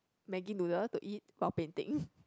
maggi noodle to eat while painting